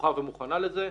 ערוכה ומוכנה לזה.